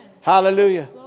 Hallelujah